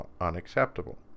unacceptable